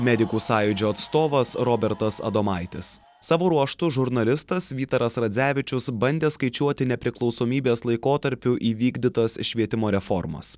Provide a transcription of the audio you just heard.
medikų sąjūdžio atstovas robertas adomaitis savo ruožtu žurnalistas vytaras radzevičius bandė skaičiuoti nepriklausomybės laikotarpiu įvykdytas švietimo reformas